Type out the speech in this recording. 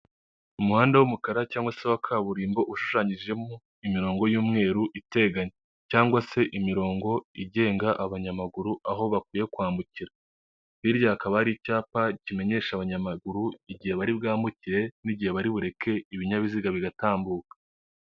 Umuhanda w'umukara cyangwa se wa Kaburimbo. Ushushanyijemo imirongo y'umweru iteganye cyangwa se imirongo igenga abanyamaguru aho bakwiye kwambukira. Hirya akaba ari icyapa kimenyesha abanyamaguru igihe bari bwambukire n'igihe bari bureke ibinyabiziga bigatambuka.